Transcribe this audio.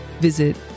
visit